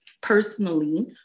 personally